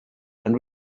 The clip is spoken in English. and